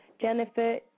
Jennifer